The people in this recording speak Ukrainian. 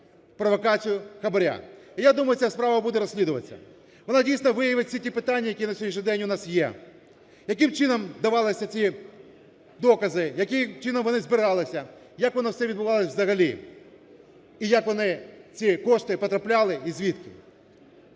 я думаю, ця справа буде розслідуватись. Вона дійсно виявить всі ті питання, які на сьогоднішній день у нас є. Яким чином давались ці докази, яким чином вони збирались, як воно все відбувалось взагалі і як вони, ці кошти, потрапляти і звідки?